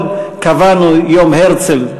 קבענו יום הרצל,